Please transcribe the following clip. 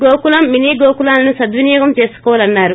Gokulam mini గోకులాలను సద్వినియోగం చేసుకోవాలన్నారు